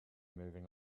moving